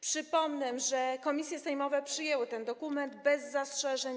Przypomnę, że komisje sejmowe przyjęły ten dokument bez zastrzeżeń.